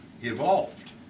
evolved